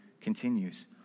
continues